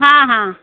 हाँ हाँ